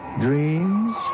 dreams